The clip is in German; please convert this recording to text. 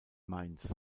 mainz